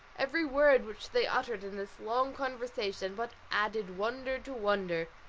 every word which they uttered in this long conversation but added wonder to wonder.